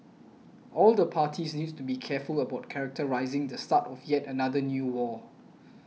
all the parties need to be careful about characterising the start of yet another new war